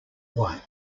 white